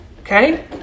okay